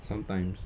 sometimes